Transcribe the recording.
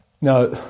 Now